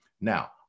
Now